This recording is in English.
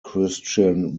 christian